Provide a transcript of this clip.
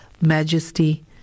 majesty